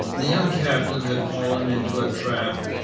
the young captain had fallen into a trap.